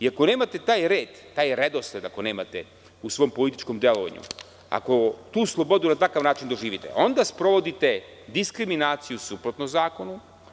Ako nemate taj red, taj redosled ako nemate u svom političkom delovanju, ako tu slobodu na takav doživite, onda sprovodite diskriminaciju suprotno zakonu.